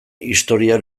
historia